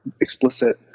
explicit